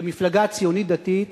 כמפלגה ציונית-דתית